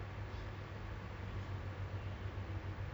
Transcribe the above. I don't want to you know have a big banquet